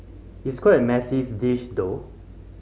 it's quite a messy dish though